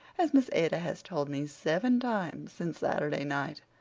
as miss ada has told me seven times since saturday night.